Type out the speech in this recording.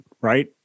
right